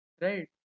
right